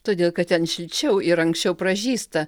todėl kad ten šilčiau ir anksčiau pražysta